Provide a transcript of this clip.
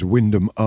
Wyndham